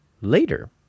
Later